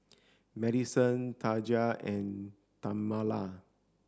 Madison Taja and Tamala